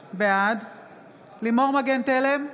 בעד לימור מגן תלם,